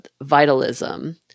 vitalism